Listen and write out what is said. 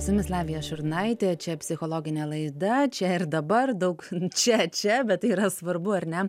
su jumis lavija šurnaitė čia psichologinė laida čia ir dabar daug čia čia bet tai yra svarbu ar ne